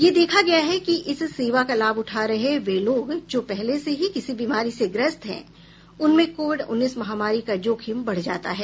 यह देखा गया है कि इस सेवा का लाभ उठा रहे वे लोग जो पहले से ही किसी बीमारी से ग्रस्त हैं उनमें कोविड उन्नीस महामारी का जोखिम बढ जाता है